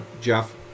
Jeff